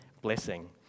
blessing